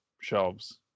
shelves